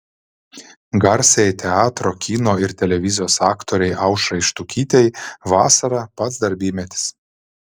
garsiai teatro kino ir televizijos aktorei aušrai štukytei vasara pats darbymetis